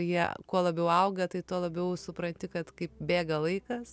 jie kuo labiau auga tai tuo labiau supranti kad kaip bėga laikas